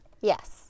Yes